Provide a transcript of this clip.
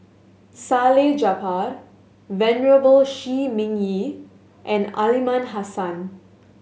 Salleh Japar Venerable Shi Ming Yi and Aliman Hassan